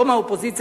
לא מהאופוזיציה,